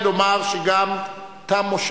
אדוני